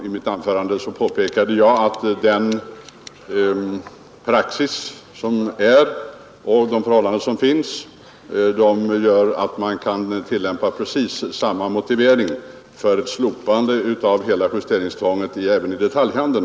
I mitt anförande påpekade jag att med den praxis som råder och de förhållanden som finns kan man anföra precis samma motivering för ett slopande av hela justeringstvånget även i detaljhandeln.